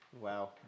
Wow